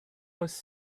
was